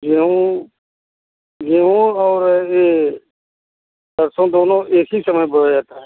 गेहूँ गेहूँ और यह सरसों दोनों एक ही समय बोया जाता है